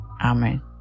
Amen